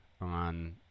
on